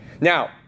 Now